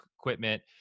equipment